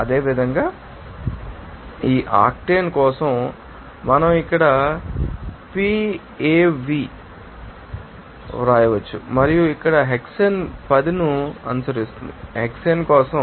అదేవిధంగా ఆ ఆక్టేన్ కోసం కూడా మనం ఇక్కడ Pov వ్రాయవచ్చు మరియు ఇక్కడ హెక్సేన్ 10 ను అనుసరిస్తుంది హెక్సేన్ కోసం